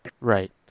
Right